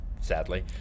sadly